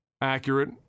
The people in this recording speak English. accurate